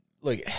look